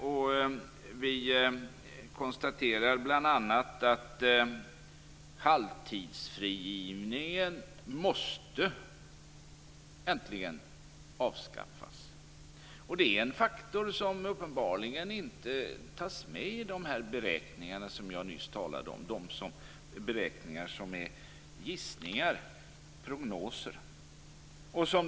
Det konstateras bl.a. att halvtidsfrigivningen äntligen måste avskaffas. Det är en faktor som uppenbarligen inte tas med i de beräkningar jag nyss talade om och som består av gissningar och prognoser.